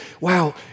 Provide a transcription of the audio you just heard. wow